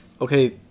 Okay